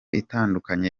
itandukanye